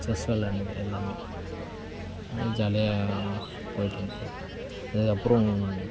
chess விளையாட்னது எல்லாமே அதுவும் ஜாலியாக போய்ட்டு இருந்தது இதுக்கு அப்புறம்